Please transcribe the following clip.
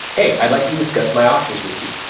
hey, i'd like to discuss my options with you.